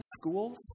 schools